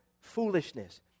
foolishness